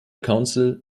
council